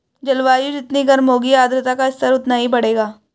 जलवायु जितनी गर्म होगी आर्द्रता का स्तर उतना ही बढ़ेगा